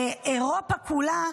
אירופה כולה,